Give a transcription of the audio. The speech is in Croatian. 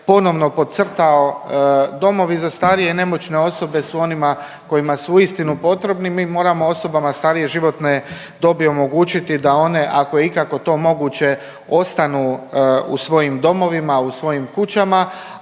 ponovno podcrtao. Domovi za starije i nemoćne osobe su onima kojima su uistinu potrebni. Mi moramo osobama starije životne dobi omogućiti da one, ako je ikako to moguće ostanu u svojim domovina, u svojim kućama,